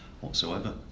whatsoever